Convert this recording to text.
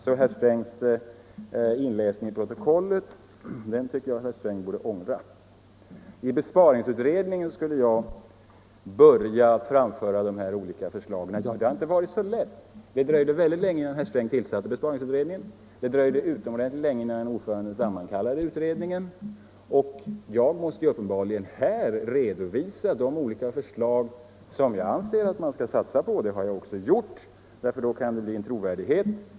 Så herr Strängs inläsning i protokollet tycker jag att herr Sträng borde ångra. I besparingsutredningen skulle jag börja framföra de här olika förslagen, anser herr Sträng. Det har inte varit så lätt. Det dröjde väldigt länge innan herr Sträng tillsatte besparingsutredningen, det dröjde utomordentligt länge innan ordföranden sammankallade utredningen. Vidare måste jag uppenbarligen här i kammaren redovisa olika förslag som jag anser att man skall satsa på för att det skall bli trovärdigt.